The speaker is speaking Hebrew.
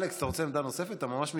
אלכס, אתה רוצה עמדה נוספת, אתה ממש מתעקש?